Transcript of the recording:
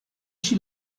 she